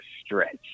stretch